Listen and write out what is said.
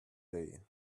day